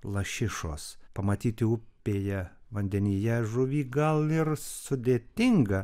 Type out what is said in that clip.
lašišos pamatyti upėje vandenyje žuvį gal ir sudėtinga